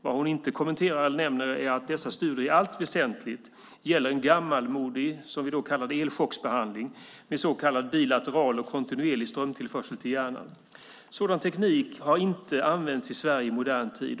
Vad hon inte nämner är att dessa studier i allt väsentligt gäller en gammalmodig behandling, som vi då kallade elchocksbehandling, med så kallad bilateral och kontinuerlig strömtillförsel till hjärnan. Sådan teknik har inte använts i Sverige i modern tid.